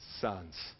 sons